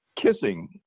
kissing